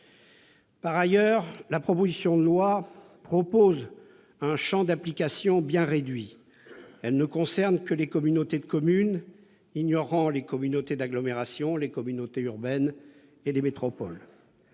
Par ailleurs, la proposition de loi prévoit un champ d'application bien réduit. Elle ne concerne que les communautés de communes, ignorant les communautés d'agglomération, les communautés urbaines et les métropoles.